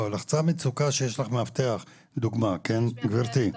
לא, לחצן מצוקה, כשיש לך מאבטח, לדוגמה, גברתי.